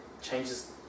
changes